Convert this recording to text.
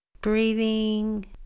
Breathing